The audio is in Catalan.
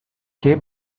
que